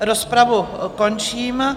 Rozpravu končím.